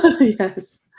Yes